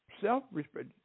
Self-respect